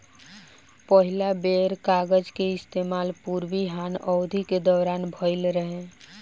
पहिला बेर कागज के इस्तेमाल पूर्वी हान अवधि के दौरान भईल रहे